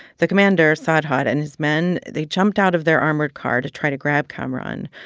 the commander sarhad and his men, they jumped out of their armored car to try to grab kamaran,